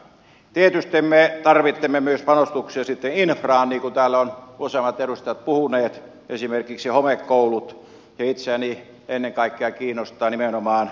tietysti me tarvitsemme myös panostuksia sitten infraan niin kuin täällä ovat useammat edustajat puhuneet esimerkiksi homekouluihin ja itseäni ennen kaikkea kiinnostaa nimenomaan tiestö